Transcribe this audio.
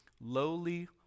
lowly